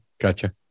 gotcha